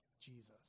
Jesus